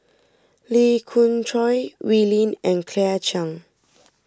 Lee Khoon Choy Wee Lin and Claire Chiang